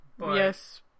Yes